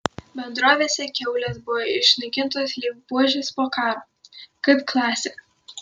bendrovėse kiaulės buvo išnaikintos lyg buožės po karo kaip klasė